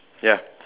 ya